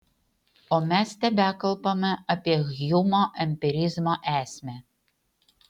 o mes tebekalbame apie hjumo empirizmo esmę